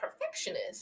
perfectionist